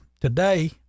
today